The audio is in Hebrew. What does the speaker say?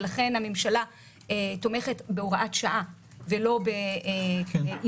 ולכן הממשלה תומכת בהוראת שעה ולא באימוץ